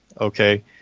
Okay